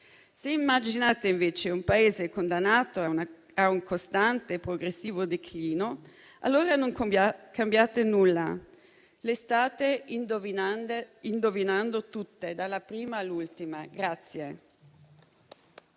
se immaginate, invece, un Paese condannato a un costante e progressivo declino, allora non cambiate nulla: le state indovinando tutte, dalla prima all'ultima.